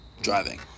driving